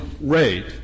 rate